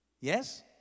Yes